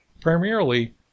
primarily